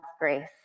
grace